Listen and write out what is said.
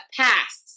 passed